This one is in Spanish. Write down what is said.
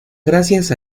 gracias